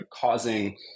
causing